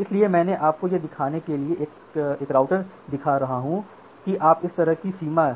इसलिए आपको यह दिखाने के लिए एक राउटर दिखा रहा हूँ कि आप इस तरह से सीमा